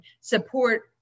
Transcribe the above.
support